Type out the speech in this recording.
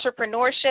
entrepreneurship